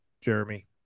Jeremy